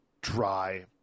dry